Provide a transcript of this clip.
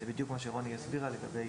זה בדיוק מה שרוני הסבירה לגבי